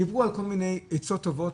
דיברו על כל מיני עצות טובות,